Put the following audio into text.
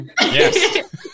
Yes